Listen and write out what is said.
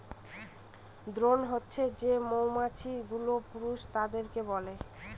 drone হছে যে মৌমাছি গুলো পুরুষ তাদেরকে বলে